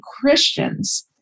Christians